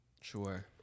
sure